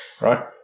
right